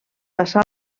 passar